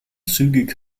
zügig